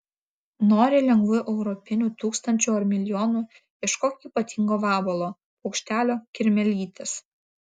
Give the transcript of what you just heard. nori lengvų europinių tūkstančių ar milijonų ieškok ypatingo vabalo paukštelio kirmėlytės